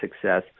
success